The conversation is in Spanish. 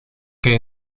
que